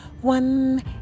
One